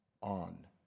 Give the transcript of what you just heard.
on